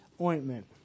ointment